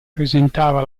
presentava